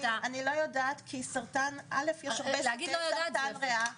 אני לא יודעת כי יש הרבה סוגי סרטן ריאה.